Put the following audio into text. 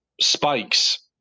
spikes